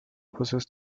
process